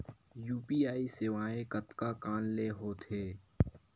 UPI सेवाएं कतका कान ले हो थे?